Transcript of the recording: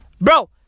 Bro